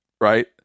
Right